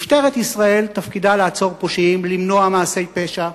משטרת ישראל תפקידה לעצור פושעים, למנוע מעשי פשע,